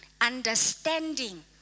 Understanding